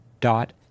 dot